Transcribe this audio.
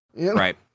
Right